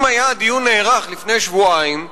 אם היה הדיון נערך לפני שבועיים,